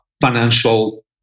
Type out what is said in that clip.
financial